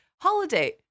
Holiday